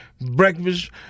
breakfast